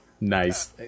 Nice